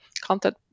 content